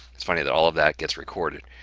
it's funny that all of that gets recorded.